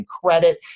credit